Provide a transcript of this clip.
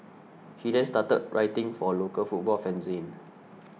he then started writing for a local football fanzine